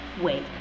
Wait